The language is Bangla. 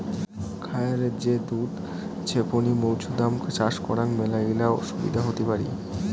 খায়ারে যে দুধ ছেপনি মৌছুদাম চাষ করাং মেলাগিলা অসুবিধা হতি পারি